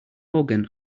organ